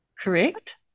correct